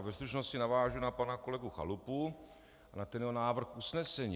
Ve stručnosti navážu na pana kolegu Chalupu, na jeho návrh usnesení.